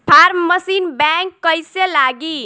Form machine बैक कईसे लागी?